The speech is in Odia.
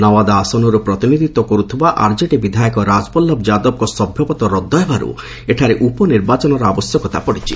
ନୱାଦା ଆସନରୁ ପ୍ରତିନିଧିତ୍ୱ କରୁଥିବା ଆର୍ଜେଡି ବିଧାୟକ ରାଜବଲ୍ଲଭ ଯାଦବଙ୍କ ସଭ୍ୟପଦ ରଦ୍ଦ ହେବାର୍ ଏଠାରେ ଉପନିର୍ବାଚନର ଆବଶ୍ୟକତା ପଡ଼ିଛି